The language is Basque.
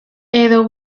edo